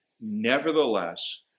nevertheless